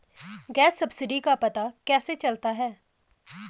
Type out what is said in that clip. Gas subsidy का पता कैसे चलता है?